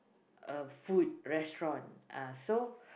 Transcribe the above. a food restaurant uh so